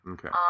Okay